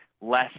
less